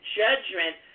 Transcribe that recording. judgment